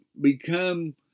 become